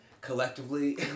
collectively